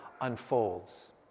unfolds